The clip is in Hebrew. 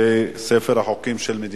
12, אין מתנגדים ואין